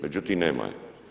Međutim, nema je.